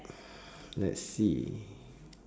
let's see